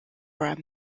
were